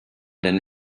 den